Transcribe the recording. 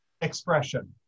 expression